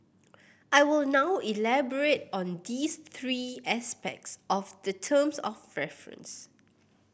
I will now elaborate on these three aspects of the terms of reference